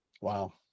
Wow